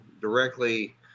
directly